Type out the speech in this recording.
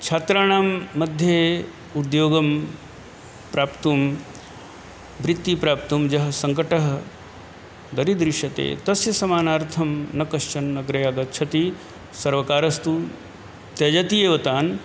छात्राणां मध्ये उद्योगं प्राप्तुं वृत्तिं प्राप्तुं यः सङ्कटः दरीदृश्यते तस्य समाधानार्थं न कश्चन अग्रे आगच्छति सर्वकारस्तु त्यजति एव तान्